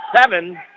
seven